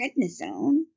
prednisone